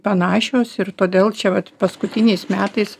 panašios ir todėl čiavat paskutiniais metais